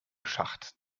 schacht